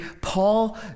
Paul